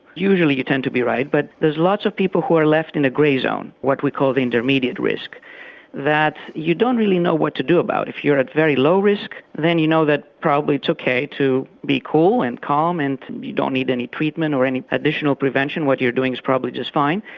usually you tend to be right but there's lots of people who are left in a grey zone, what we call the intermediate risk that you don't really know what to do about. if you're at very low risk then you know that it's probably ok to be cool and calm and you don't need any treatment or any additional prevention, what you're doing is probably just fine.